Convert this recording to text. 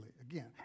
Again